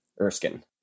erskine